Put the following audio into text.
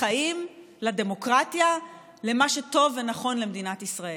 לחיים, לדמוקרטיה, למה שטוב ונכון למדינת ישראל.